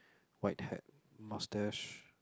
white hat mustache